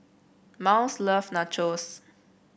Myles love Nachos